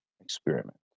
experiment